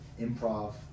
improv